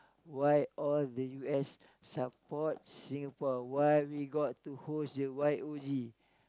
why all the U_S supports Singapore why we got to host the Y_O_G